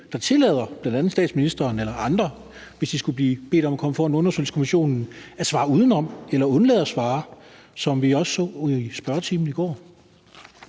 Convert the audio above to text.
der tillader bl.a. statsministeren eller andre, hvis de skulle blive bedt om at komme for undersøgelseskommissionen, at svare udenom eller undlade at svare, som vi også hørte i spørgetimen i går?